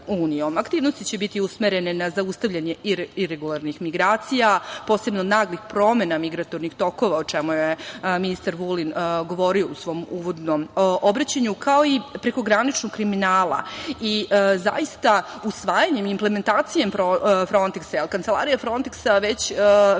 EU.Aktivnosti će biti usmerene na zaustavljanje iregularnih migracija, posebno naglih promena migratornih tokova, o čemu je ministar Vulin govorio u svom uvodnom obraćanju, kao i prekograničnog kriminala. Zaista, usvajanjem, implementacijom "Fronteksa", jer kancelarija "Fronteksa" već postoji